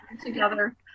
together